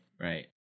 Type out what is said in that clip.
Right